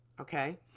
Okay